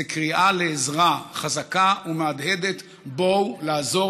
זו קריאה לעזרה חזקה ומהדהדת: בואו לעזור